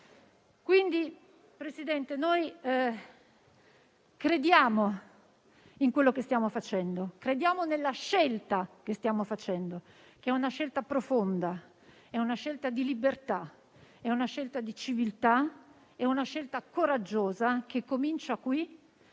Signor Presidente, noi crediamo in quello che stiamo facendo e nella scelta che stiamo facendo, che è una scelta profonda, è una scelta di libertà, è una scelta di civiltà ed è una scelta coraggiosa, che comincia qui